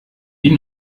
die